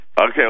Okay